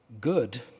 good